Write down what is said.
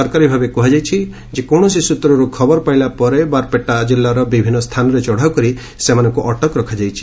ସରକାରୀଭାବେ କୁହାଯାଇଛି କୌଣସି ସୂତ୍ରରୁ ଖବରପାଇଲା ପରେ ବର୍ପେଟା କିଲ୍ଲାର ବିଭିନ୍ନ ସ୍ଥାନରେ ଚଢ଼ାଉ କରି ସେମାନଙ୍କୁ ଅଟକ ରଖାଯାଇଛି